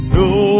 no